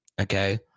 Okay